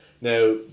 Now